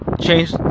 change